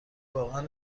واقعا